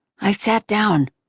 i sat down.